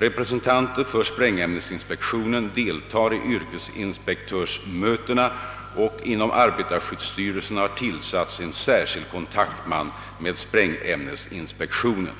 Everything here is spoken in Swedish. Representanter för sprängämnesinspektionen deltar 1 yrkesinspektörsmötena, och inom arbetarskyddsstyrelsen har tillsatts en särskild kontaktman med sprängämnesinspektionen.